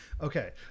Okay